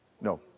No